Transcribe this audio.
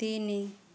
ତିନି